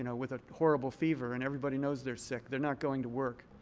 you know with a horrible fever. and everybody knows they're sick. they're not going to work.